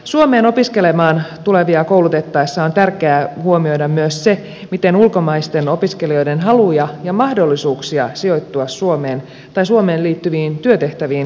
suomeen opiskelemaan tulevia koulutettaessa on tärkeää huomioida myös se miten ulkomaisten opiskelijoiden haluja ja mahdollisuuksia sijoittua suomeen tai suomeen liittyviin työtehtäviin kannustetaan